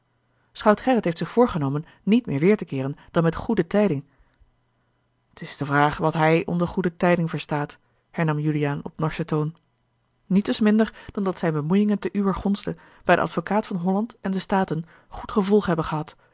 schout gerrit heeft zich voorgenomen niet meer weêr te keeren dan met goede tijding t is de vraag wat hij onder goede tijding verstaat hernam juliaan op norschen toon nietwes minder dan dat zijne bemoeiingen te uwer gonste bij den advocaat van holland en de staten goed gevolg hebben gehad